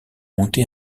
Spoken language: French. monté